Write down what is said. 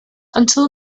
until